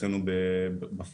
זה הדבר הראשון.